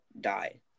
die